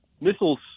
missiles